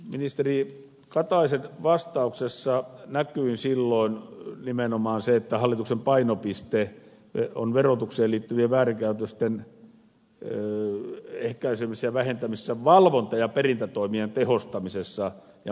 ministeri kataisen vastauksesta näkyi silloin nimenomaan se että hallituksen painopiste on verotukseen liittyvien väärinkäytösten ehkäisemisessä ja vähentämisessä valvonta ja perintätoimien tehostamisella ja monipuolistamisella